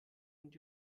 und